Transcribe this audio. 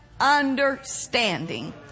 understanding